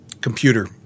computer